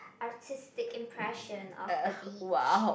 artistic impression of the beach